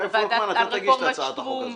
על רפורמת שטרום,